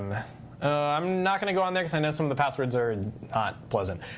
i'm not going to go on there, because i know some of the passwords are not pleasant.